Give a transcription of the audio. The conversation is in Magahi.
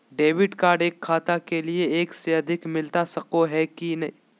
डेबिट कार्ड एक खाता के लिए एक से अधिक मिलता सको है की?